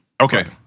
Okay